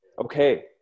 okay